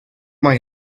mae